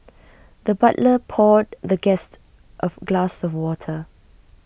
the butler poured the guest of glass of water